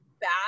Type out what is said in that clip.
bad